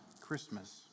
Christmas